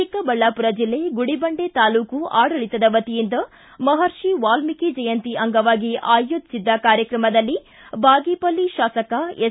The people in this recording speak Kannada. ಚಿಕ್ಕಬಳ್ಳಾಪುರ ಬೆಲ್ಲೆ ಗುಡಿಬಂಡೆ ತಾಲೂಕು ಆಡಳಿತದ ವತಿಯಿಂದ ಮಹರ್ಷಿ ವಾಲ್ದೀಕಿ ಜಯಂತಿ ಅಂಗವಾಗಿ ಆಯೋಜಿಸಿದ್ದ ಕಾರ್ಯಕ್ರಮದಲ್ಲಿ ಬಾಗೇಪಲ್ಲಿ ಶಾಸಕ ಎಸ್